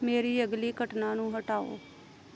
ਮੇਰੀ ਅਗਲੀ ਘਟਨਾ ਨੂੰ ਹਟਾਓ